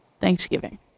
Thanksgiving